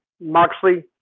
Moxley